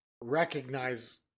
recognize